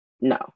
no